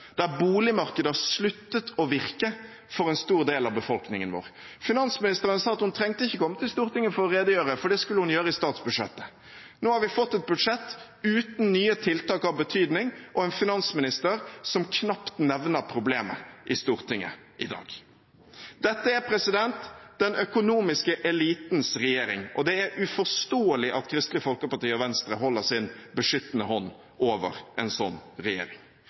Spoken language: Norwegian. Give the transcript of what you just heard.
der boligmarkedet har sluttet å virke for en stor del av befolkningen vår. Finansministeren sa at hun trengte ikke å komme til Stortinget for å redegjøre, for det skulle hun gjøre i statsbudsjettet. Nå har vi fått et budsjett uten nye tiltak av betydning, og vi har en finansminister som knapt nevner problemet i Stortinget i dag. Dette er den økonomiske elitens regjering, og det er uforståelig at Kristelig Folkeparti og Venstre holder sin beskyttende hånd over en sånn regjering.